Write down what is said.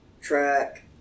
track